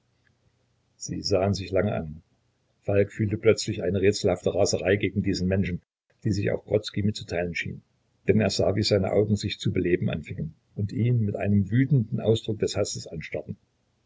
sie sahen sich lange an falk fühlte plötzlich eine rätselhafte raserei gegen diesen menschen die sich auch grodzki mitzuteilen schien denn er sah wie seine augen sich zu beleben anfingen und ihn mit einem wütenden ausdruck des hasses anstarrten